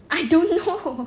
I don't know